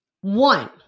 one